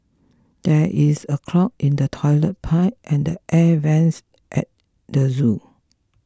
there is a clog in the Toilet Pipe and Air Vents at the zoo